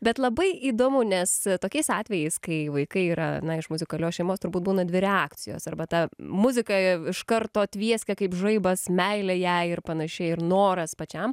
bet labai įdomu nes tokiais atvejais kai vaikai yra na iš muzikalios šeimos turbūt būna dvi reakcijos arba ta muzika iš karto tvieskia kaip žaibas meilė jai ir panašiai ir noras pačiam